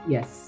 Yes